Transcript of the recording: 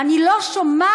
ואני לא שומעת